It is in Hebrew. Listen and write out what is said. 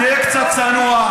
תהיה קצת צנוע.